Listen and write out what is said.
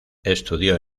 estudió